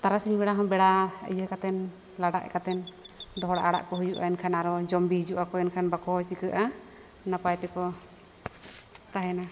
ᱛᱟᱨᱟᱥᱤᱧ ᱵᱮᱲᱟ ᱦᱚᱸ ᱵᱮᱲᱟ ᱤᱭᱟᱹ ᱠᱟᱛᱮᱱ ᱞᱟᱰᱟᱜ ᱠᱟᱛᱮᱫ ᱫᱚᱦᱲᱟ ᱟᱲᱟᱜ ᱠᱚ ᱦᱩᱭᱩᱜᱼᱟ ᱮᱱᱠᱷᱟᱱ ᱟᱨᱚ ᱡᱚᱢ ᱵᱤ ᱦᱤᱡᱩᱜ ᱟᱠᱚ ᱮᱱᱠᱷᱟᱱ ᱵᱟᱠᱚ ᱪᱤᱠᱟᱹᱜᱼᱟ ᱱᱟᱯᱟᱭ ᱛᱮᱠᱚ ᱛᱟᱦᱮᱱᱟ